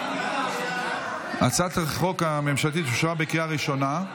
הצעת החוק הממשלתית אושרה בקריאה הראשונה.